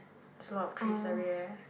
there's a lot of trees everywhere